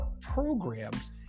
programs